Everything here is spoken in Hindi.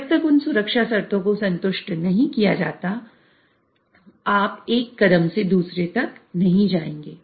जब तक उन सुरक्षा शर्तों को संतुष्ट नहीं किया जाता है आप एक कदम से दूसरे तक नहीं जाएंगे